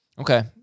Okay